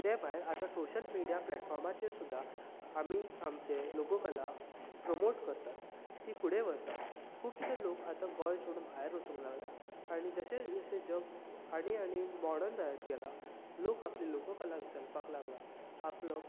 ते भायर आतां सोशियल मिडीयाचे प्लेटफॉर्मार सुद्दां आमी आमचें लोककला प्रमोट करतात ती फुडें व्हरतात खुबशे लोक आतां गोंय सोडून भायर वचूंक लागल्या आनी जशे जशे जग आनी आनी मोर्डन जायत गेला लोक आपले लोककला विसरपाक लागला